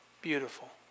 beautiful